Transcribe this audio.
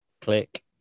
Click